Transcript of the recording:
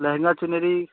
लहंगा चुनरी